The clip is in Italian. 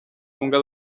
lunga